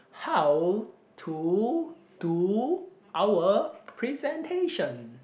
how to do our presentation